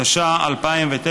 התש"ע 2009,